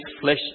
flesh